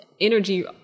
energy